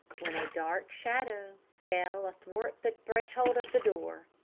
when a dark shadow fell athwart the threshold of the door,